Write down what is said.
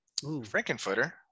Frankenfooter